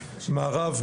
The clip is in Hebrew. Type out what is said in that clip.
מערב,